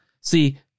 See